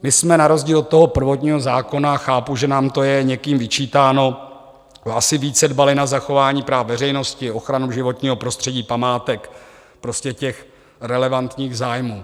My jsme na rozdíl od toho prvotního zákona chápu, že nám to je někým vyčítáno asi více dbali na zachování práv veřejnosti, ochranu životního prostředí, památek, prostě těch relevantních zájmů.